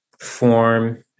form